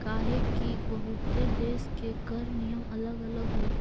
काहेकि बहुते देश के कर नियम अलग अलग हई